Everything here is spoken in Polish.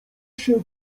się